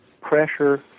pressure